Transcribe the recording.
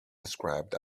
described